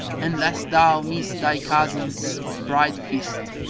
and lest thou miss thy cousin's bride-feast!